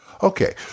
Okay